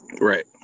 Right